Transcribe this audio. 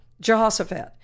Jehoshaphat